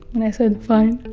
and i said fine!